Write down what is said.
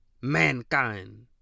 mankind